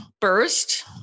burst